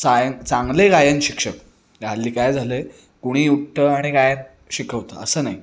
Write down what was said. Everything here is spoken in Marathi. गायन चांगले गायन शिक्षक हल्ली काय झालं आहे कुणीही उठतं आणि गायन शिकवतं असं नाही